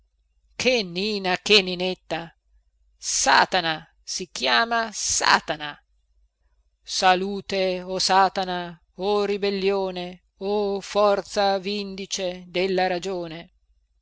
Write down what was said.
che nina che niinetta satana si chiama satana salute o satana o ribellione o forza vindice della ragione